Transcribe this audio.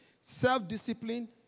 Self-discipline